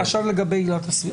משפט אחד לגבי עילת הסבירות.